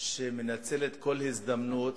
שמנצלת כל הזדמנות,